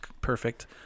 perfect